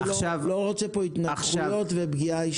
אני לא רוצה פה התנגחויות ופגיעה אישית.